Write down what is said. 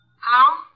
Hello